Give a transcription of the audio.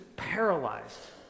paralyzed